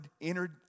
entered